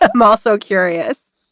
i'm also curious,